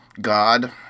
God